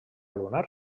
lunar